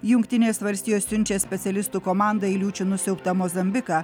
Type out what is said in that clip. jungtinės valstijos siunčia specialistų komandą į liūčių nusiaubta mozambiką